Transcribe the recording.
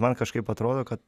man kažkaip atrodo kad